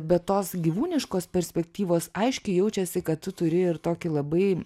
be tos gyvūniškos perspektyvos aiškiai jaučiasi kad tu turi ir tokį labai